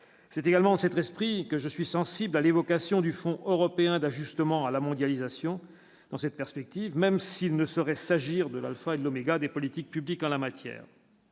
c'est également s'être esprit que je suis sensible à l'évocation du Fonds européen d'ajustement à la mondialisation dans cette perspective, même s'il ne saurait s'agir de l'Alpha et l'oméga des politiques publiques en la matière.